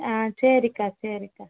ஆ சரிக்கா சரிக்கா